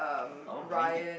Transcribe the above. oh name it